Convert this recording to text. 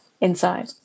inside